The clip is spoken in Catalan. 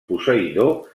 posseïdor